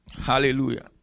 Hallelujah